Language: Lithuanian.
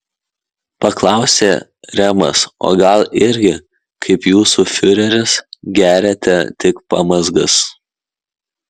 paklausė remas o gal irgi kaip jūsų fiureris geriate tik pamazgas